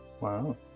Wow